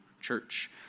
church